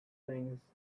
things